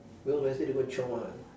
because wednesday they go and chiong [what]